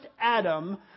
Adam